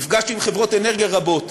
נפגשתי עם חברות אנרגיה רבות,